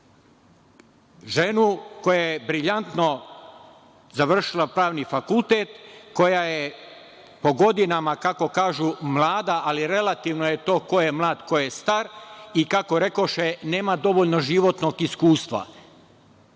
ženu koja je briljantno završila Pravni fakultet, koja je po godinama mlada, ali relativno je to ko je mlad a ko je star. Kako rekoše, nema dovoljno životnog iskustva.